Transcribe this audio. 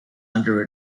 under